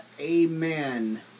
amen